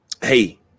hey